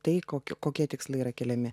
tai kok kokie tikslai yra keliami